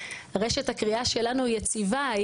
רשת הקריאה שלנו היא יציבה,